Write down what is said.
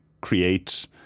create